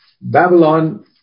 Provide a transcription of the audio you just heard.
Babylon